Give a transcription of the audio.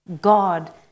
God